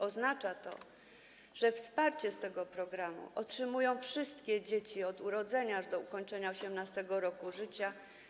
Oznacza to, że wsparcie z tego programu otrzymują wszystkie dzieci od urodzenia aż do ukończenia 18. roku życia.